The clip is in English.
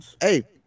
Hey